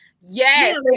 yes